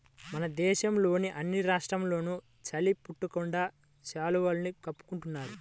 మన దేశంలోని అన్ని రాష్ట్రాల్లోనూ చలి పుట్టకుండా శాలువాని కప్పుకుంటున్నారు